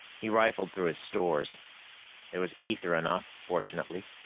he riffled through his stores there was ether enough, fortunately.